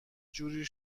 جوری